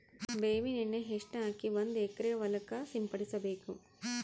ಬೇವಿನ ಎಣ್ಣೆ ಎಷ್ಟು ಹಾಕಿ ಒಂದ ಎಕರೆಗೆ ಹೊಳಕ್ಕ ಸಿಂಪಡಸಬೇಕು?